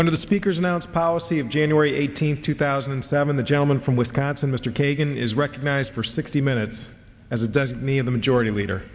one of the speakers announce policy of january eighteenth two thousand and seven the gentleman from wisconsin mr kagan is recognized for sixty minutes as it does me of the majority leader